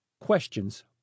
Questions